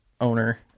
owner